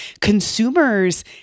Consumers